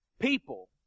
People